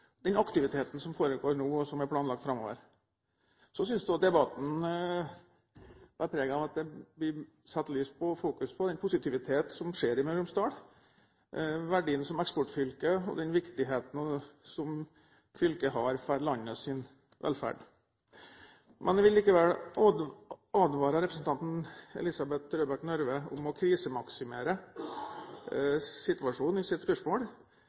den aktiviteten som foregår nå, og som er planlagt framover. Jeg synes også debatten har båret preg av at det blir satt lys på, blir fokusert på, den positivitet som skjer i Møre og Romsdal, og på verdien som eksportfylke, og den viktigheten som fylket har for landets velferd. Jeg vil likevel advare representanten Elisabeth Røbekk Nørve mot å krisemaksimere situasjonen